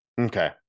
Okay